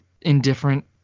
indifferent